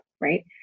right